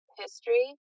history